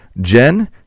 Jen